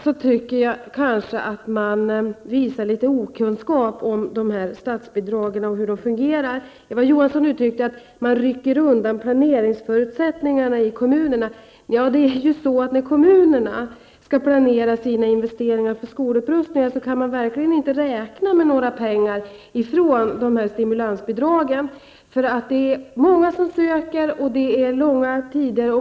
Jag tycker att man har visat litet okunskap om hur statsbidragen fungerar. Eva Johansson sade att planeringsförutsättningarna i kommunerna rycks undan. När kommunerna skall planera sina investeringar för skolupprustningar, kan de inte räkna med några pengar från dessa stimulansbidrag, eftersom det är många som söker och det rör sig om långa tider.